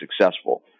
successful